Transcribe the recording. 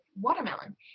watermelon